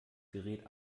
gerät